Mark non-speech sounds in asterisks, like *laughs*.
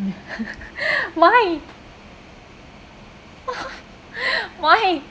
*laughs* *breath* why *laughs* why